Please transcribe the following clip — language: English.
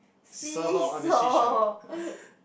see-saw